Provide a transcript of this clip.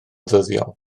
ddyddiol